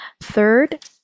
Third